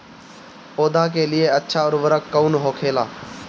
पौधा के लिए अच्छा उर्वरक कउन होखेला?